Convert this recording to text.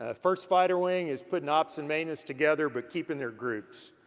ah first fighter wing is putting ops and maintenance together, but keeping their groups.